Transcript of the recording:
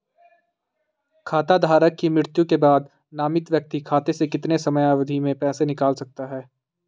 खाता धारक की मृत्यु के बाद नामित व्यक्ति खाते से कितने समयावधि में पैसे निकाल सकता है?